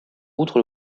outre